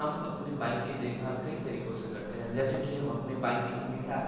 हम अपने बाइक की देखभाल कई तरीकों से करते हैं जैसे कि हम अपने बाइक की हमेशा